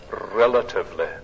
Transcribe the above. relatively